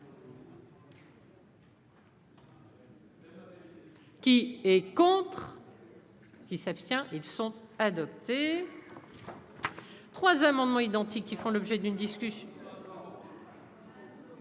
Qui est contre qui s'abstient ils sont adoptés. 3 amendements identiques qui font l'objet d'une discussion.